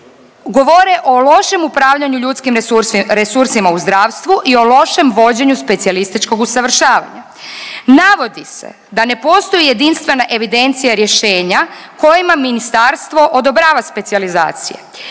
govore o lošem upravljanju ljudskim resursima u zdravstvu i o lošem vođenju specijalističkog usavršavanja. Navodi se da ne po stoji jedinstvena evidencija rješenja kojima ministarstvo odobrava specijalizacije,